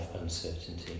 uncertainty